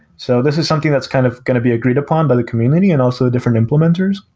so this is something that's kind of going to be agreed upon by the community and also different implementers.